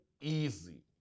easy